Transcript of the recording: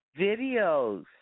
videos